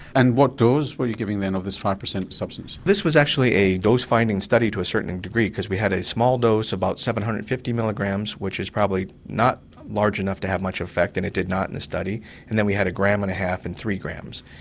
and what dose were you giving them of this five percent substance? this was actually a dose-finding study to a certain degree, because we had a small dose, about seven hundred and fifty milligrams, which is probably not large enough to have much effect, and it did not in the study and then we had a gram-and-a-half and three grams.